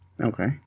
okay